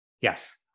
Yes